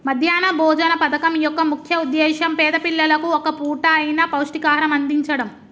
మధ్యాహ్న భోజన పథకం యొక్క ముఖ్య ఉద్దేశ్యం పేద పిల్లలకు ఒక్క పూట అయిన పౌష్టికాహారం అందిచడం